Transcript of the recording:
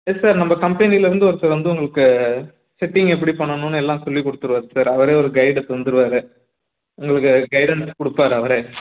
S sir நம்ம கம்பெனியில் இருந்து ஒருத்தர் வந்து உங்குளுக்கு செட்டிங் எப்படி பண்ணணுன்னு எல்லாம் சொல்லிக் கொடுத்துருவாரு சார் அவரே ஒரு கைடு தந்துருவாரு உங்களுக்கு கைடென்ஸ் கொடுப்பாரு அவரே